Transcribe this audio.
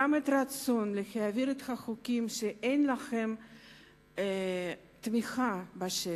את הרצון להעביר את החוקים שאין להם תמיכה בשטח,